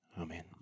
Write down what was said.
Amen